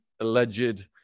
alleged